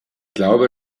glaube